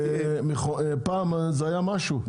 פעם זה היה משהו,